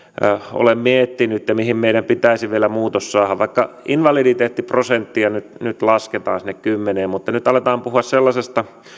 olen miettinyt ja mihin meidän pitäisi vielä muutos saada vaikka invaliditeettiprosenttia nyt nyt lasketaan sinne kymmeneen niin nyt aletaan puhua sellaisesta